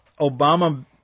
Obama